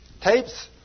Tapes